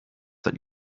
that